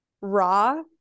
raw